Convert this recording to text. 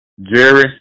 Jerry